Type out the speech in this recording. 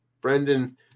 brendan